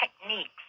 techniques